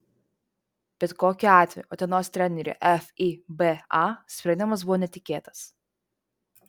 bet kokiu atveju utenos treneriui fiba sprendimas buvo netikėtas